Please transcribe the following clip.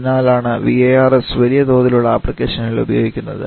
അതിനാലാണ് VARS വലിയതോതിലുള്ള ആപ്ലിക്കേഷനുകളിൽ ഉപയോഗിക്കുന്നത്